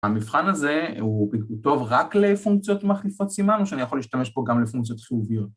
‫המבחן הזה הוא טוב רק ‫לפונקציות מחליפות סימן ‫או שאני יכול להשתמש פה ‫גם לפונקציות חיוביות.